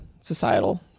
societal